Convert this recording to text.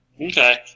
Okay